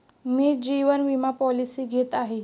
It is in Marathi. मी जीवन विमा पॉलिसी घेत आहे